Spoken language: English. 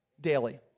daily